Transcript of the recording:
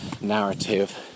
narrative